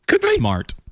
smart